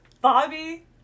Bobby